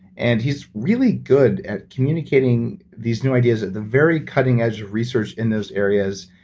and he's really good at communicating these new ideas at the very cutting edge research in those areas,